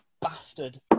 bastard